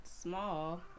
small